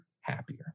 happier